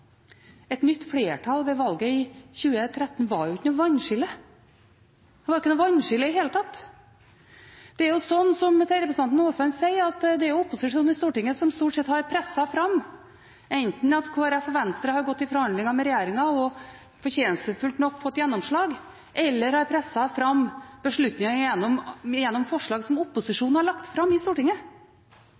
Et nytt flertall ved valget i 2013 var ikke noe vannskille. Det var ikke noe vannskille i det hele tatt. Som representanten Aasland sier, er det jo opposisjonen i Stortinget som stort sett har presset fram enten at Kristelig Folkeparti og Venstre har gått i forhandlinger med regjeringen og fortjenstfullt nok fått gjennomslag, eller har presset fram beslutninger gjennom forslag som opposisjonen har lagt fram i Stortinget.